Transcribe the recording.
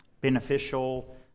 beneficial